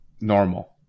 normal